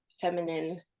feminine